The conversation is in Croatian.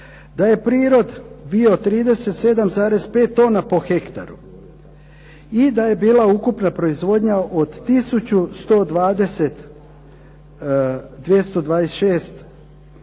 Da je prirod bio 37,5 tona po hektaru i da je bila ukupna proizvodnja od milijun